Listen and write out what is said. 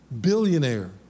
Billionaire